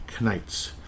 knights